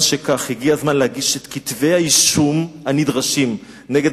הגיע הזמן להגיש את כתבי האישום הנדרשים נגד